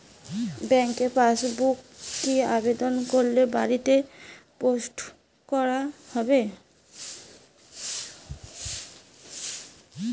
ব্যাংকের পাসবুক কি আবেদন করে বাড়িতে পোস্ট করা হবে?